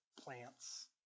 plants